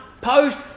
post